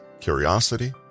curiosity